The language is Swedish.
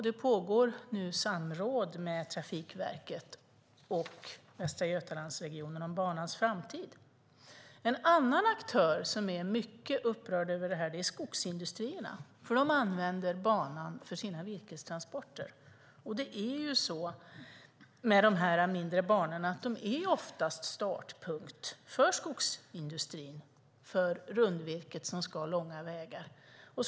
Det pågår samråd med Trafikverket och Västra Götalandsregionen om banans framtid. En annan aktör som är mycket upprörd är skogsindustrierna. De använder banan för sina virkestransporter. De mindre banorna är ofta startpunkt för skogsindustrin, för rundvirket som ska transporteras långa vägar.